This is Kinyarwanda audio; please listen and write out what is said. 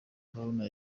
haruna